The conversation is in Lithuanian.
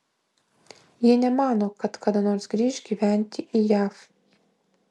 ji nemano kad kada nors grįš gyventi į jav